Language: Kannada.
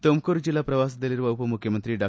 ತುಮಕೂರು ಜಿಲ್ಲಾ ಪ್ರವಾಸದಲ್ಲಿರುವ ಉಪಮುಖ್ಯಮಂತ್ರಿ ಡಾ